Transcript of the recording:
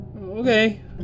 Okay